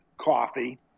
coffee